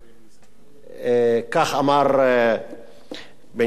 כך אמר בנימין פרנקלין,